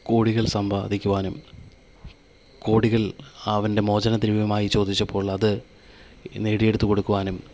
കോടികൾ സമ്പാദിക്കുവാനും കോടികൾ അവൻ്റെ മോചനദ്രവ്യമായി ചോദിച്ചപ്പോൾ അത് നേടിയെടുത്തു കൊടുക്കുവാനും